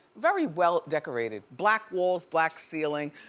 very well-decorated. black walls, black ceiling.